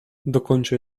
dokończę